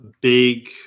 big